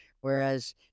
Whereas